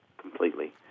completely